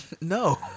No